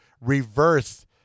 reverse